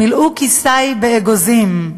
"מילאו כיסי באגוזים"